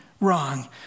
wrong